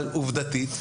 עובדתית,